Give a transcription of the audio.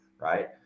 right